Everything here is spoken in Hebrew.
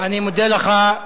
אני מודה לך.